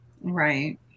Right